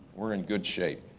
we're in good shape.